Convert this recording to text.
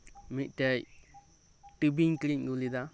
ᱢᱤᱫᱴᱮᱱ ᱴᱤᱵᱷᱤᱧ ᱠᱤᱨᱤᱧ ᱟᱹᱜᱩ ᱞᱮᱫᱟ